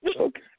Okay